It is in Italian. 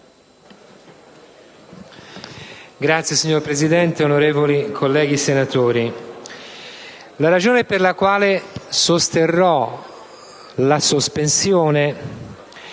Signora Presidente, onorevoli colleghi senatori, la ragione per la quale sosterrò la sospensione